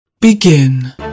Begin